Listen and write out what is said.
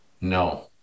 No